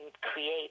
create